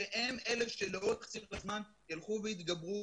שהם אלה שלאורך הזמן ילכו ויתגברו,